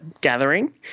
gathering